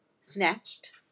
Snatched